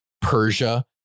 Persia